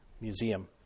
museum